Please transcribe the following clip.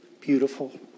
beautiful